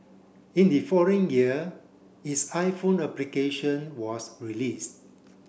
in the following year its iPhone application was released